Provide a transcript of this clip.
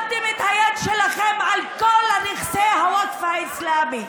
שמתם את היד שלכם על נכסי הווקף האסלאמי.